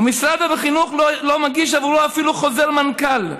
ומשרד החינוך לא מגיש עבורו אפילו חוזר מנכ"ל.